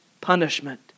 punishment